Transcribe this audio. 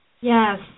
Yes